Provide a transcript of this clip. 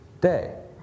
day